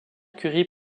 curie